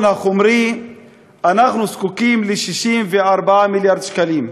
החומרי אנחנו זקוקים ל-64 מיליארד שקלים,